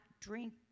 drink